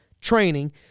training